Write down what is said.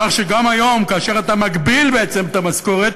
כך שגם היום כאשר אתה מגביל בעצם את המשכורת,